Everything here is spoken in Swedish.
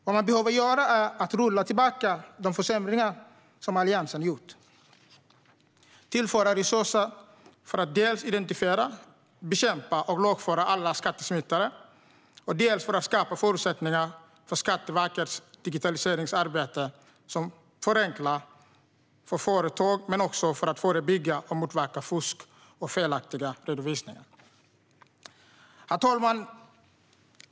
Vad man behöver göra är att rulla tillbaka de försämringar som Alliansen har gjort och tillföra resurser för att dels identifiera, bekämpa och lagföra alla skattesmitare, dels skapa förutsättningar för Skatteverkets digitaliseringsarbete för att förenkla för företag men också för att förebygga och motverka fusk och felaktiga redovisningar. Herr talman!